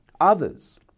others